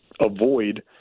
avoid